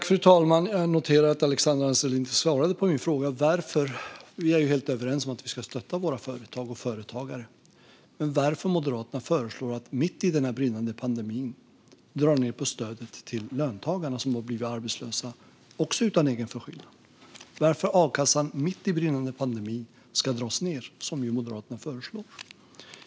Fru talman! Jag noterar att Alexandra Anstrell inte svarade på min fråga. Vi är helt överens om att vi ska stötta våra företag och företagare. Men varför föreslår Moderaterna mitt i brinnande pandemi att man ska dra ned på stödet till de löntagare som har blivit arbetslösa, också utan egen förskyllan? Varför ska a-kassan dras ned, mitt i brinnande pandemi, som Moderaterna föreslår?